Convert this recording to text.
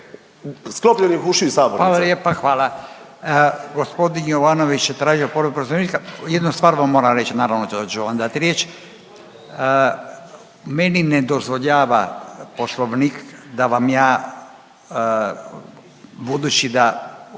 sklopljenih ušiju iz sabornice.